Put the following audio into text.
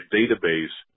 database